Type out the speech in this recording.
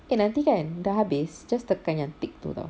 eh nanti kan dah habis just tekan yang tick tu [tau]